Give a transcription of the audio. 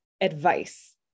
advice